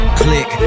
click